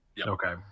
Okay